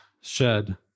shed